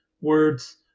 Words